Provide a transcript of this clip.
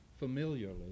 familiarly